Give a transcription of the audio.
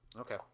okay